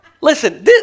Listen